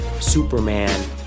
Superman